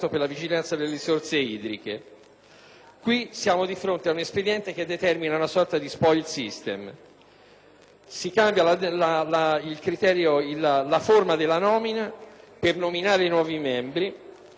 si cambia la forma della nomina per nominare i nuovi membri, in omaggio appunto al nuovo meccanismo, sempre più diffuso, dello *spoil system*.